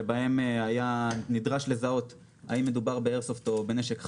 שבהם נדרש לזהות האם מדובר באיירסופט או בנשק חם.